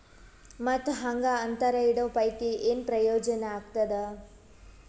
ಮತ್ತ್ ಹಾಂಗಾ ಅಂತರ ಇಡೋ ಪೈಕಿ, ಏನ್ ಪ್ರಯೋಜನ ಆಗ್ತಾದ?